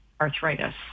arthritis